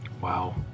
Wow